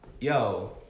yo